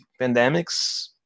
pandemics